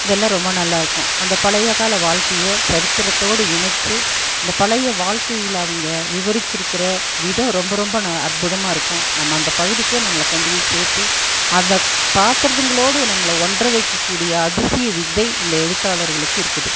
இதெல்லாம் ரொம்ப நல்லாயிருக்கும் அந்த பழையக் கால வாழ்க்கையை சரித்திரத்தோடு இணைச்சு அந்த பழைய வாழ்க்கையில் அவங்க விவரச்சிருக்கிற விதம் ரொம்ப ரொம்ப ந அற்புதமாக இருக்கும் நம்ம அந்த பகுதிக்கே நம்மளை கொண்டு போய் சேர்த்தி அதை பாத்திரங்களோடு நம்மள ஒன்ற வைக்கக்கூடிய அதிசய வித்தை இந்த எழுத்தாளர்களுக்கு இருக்குது